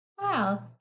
Wow